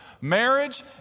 Marriage